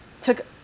took